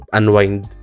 unwind